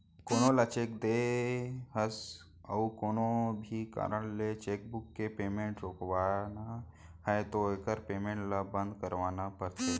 कोनो ल चेक दे हस अउ कोनो भी कारन ले चेकबूक के पेमेंट रोकवाना है तो एकर पेमेंट ल बंद करवाना परथे